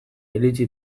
iritzi